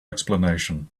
explanation